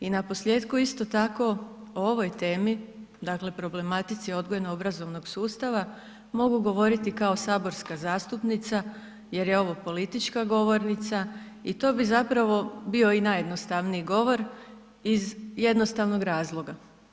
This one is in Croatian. I naposljetku, isto tako, o ovoj temi, dakle problematici odgojno-obrazovnog sustava mogu govoriti kao saborska zastupnica jer je ovo politička govornica i to bi zapravo bio najjednostavniji govor iz jednostavnog razloga.